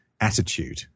attitude